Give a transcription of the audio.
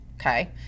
Okay